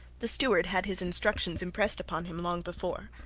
the steward had his instructions impressed upon him long before.